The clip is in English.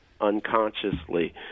unconsciously